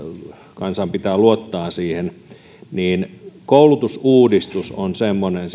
kansan pitää luottaa siihen koulutusuudistus on semmoinen